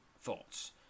thoughts